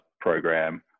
program